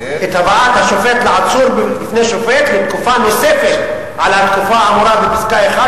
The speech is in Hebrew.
"את הבאת העצור לפני שופט לתקופה נוספת על התקופה האמורה בפסקה (1),